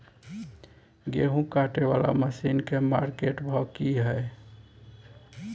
गेहूं काटय वाला मसीन के मार्केट भाव की हय?